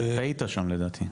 טעית שם לדעתי.